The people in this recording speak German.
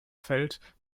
fällt